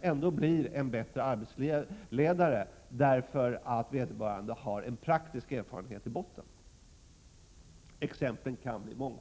ändå sedan bli en bättre arbetsledare, därför att vederbörande har en praktisk erfarenhet i botten. Exemplen kan bli många.